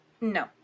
No